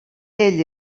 ell